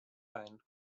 ein